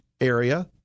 area